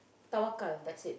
tawakal that's it